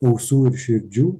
ausų ir širdžių